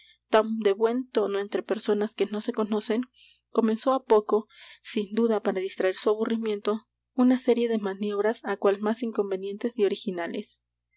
de buen tono entre personas que no se conocen comenzó á poco sin duda para distraer su aburrimiento una serie de maniobras á cual más inconvenientes y originales